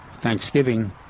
Thanksgiving